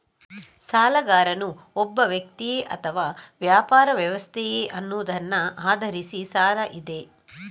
ಸಾಲಗಾರನು ಒಬ್ಬ ವ್ಯಕ್ತಿಯೇ ಅಥವಾ ವ್ಯಾಪಾರ ವ್ಯವಸ್ಥೆಯೇ ಅನ್ನುವುದನ್ನ ಆಧರಿಸಿ ಸಾಲ ಇದೆ